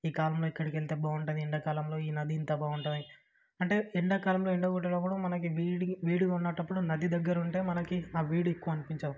ఈ కాలంలో ఇక్కడికి వెళ్తే బాగుంటుంది ఎండాకాలంలో ఈ నది ఇంత బావుంటది అంటే ఎండాకాలంలో ఎండ కొట్టేటప్పుడు మనకి వేడికి వేడిగా ఉండేటప్పుడు నది దగ్గర ఉంటే మనకి ఆ వేడి ఎక్కువ అనిపించదు